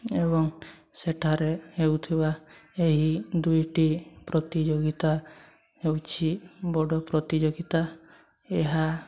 ଏବଂ ସେଠାରେ ହେଉଥିବା ଏହି ଦୁଇଟି ପ୍ରତିଯୋଗିତା ହେଉଛି ବଡ଼ ପ୍ରତିଯୋଗିତା ଏହା